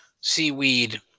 seaweed